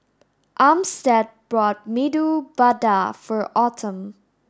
Armstead bought Medu Vada for Autumn